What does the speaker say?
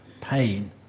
pain